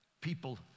people